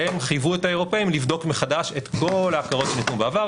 והם חייבו את האירופאים לבדוק מחדש את כל ההכרות שניתנו בעבר,